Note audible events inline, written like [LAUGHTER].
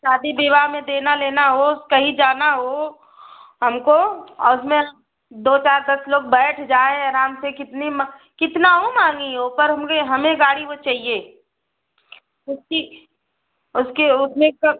शादी विवाह में देना लेना हो कहीं जाना हो हमको और उसमें दो चार दस लोग बैठ जाए आराम से कितनी कितना महँगी हो पर [UNINTELLIGIBLE] हमें गाड़ी वो चाहिए उसकी उसके उसमें का